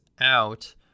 out